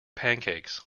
pancakes